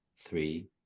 three